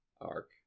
arc